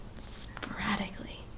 Sporadically